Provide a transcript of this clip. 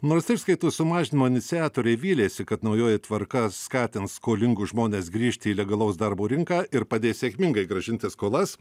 nors išskaitų sumažinimo iniciatoriai vylėsi kad naujoji tvarka skatins skolingus žmones grįžti į legalaus darbo rinką ir padės sėkmingai grąžinti skolas